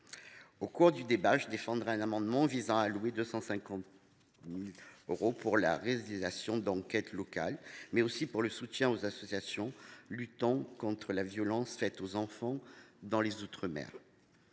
Au cours de ce débat, je défendrai un amendement visant à allouer 250 000 euros à la réalisation d’enquêtes locales et au soutien aux associations luttant contre les violences faites aux enfants dans les outre mer.